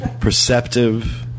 Perceptive